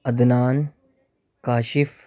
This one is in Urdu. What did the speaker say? عدنان کاشف